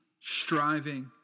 striving